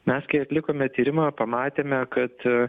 mes kai atlikome tyrimą pamatėme kad